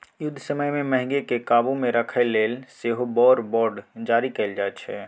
युद्ध समय मे महगीकेँ काबु मे राखय लेल सेहो वॉर बॉड जारी कएल जाइ छै